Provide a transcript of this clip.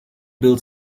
build